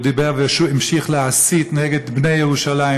הוא דיבר והמשיך להסית נגד בני ירושלים,